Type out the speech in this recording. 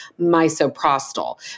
misoprostol